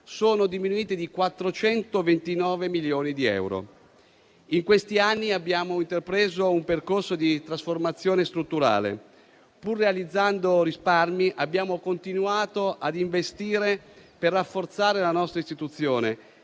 sono diminuite di 429 milioni di euro. In questi anni abbiamo intrapreso un percorso di trasformazione strutturale: pur realizzando risparmi, abbiamo continuato ad investire per rafforzare la nostra istituzione,